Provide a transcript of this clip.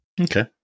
Okay